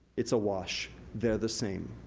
it's a wash. they're the same.